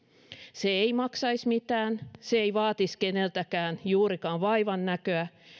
se ei maksaisi mitään se ei vaatisi keneltäkään juurikaan vaivannäköä